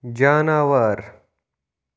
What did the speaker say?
جاناوار